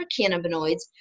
cannabinoids